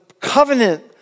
covenant